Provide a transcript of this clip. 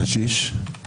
קשיש,